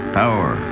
power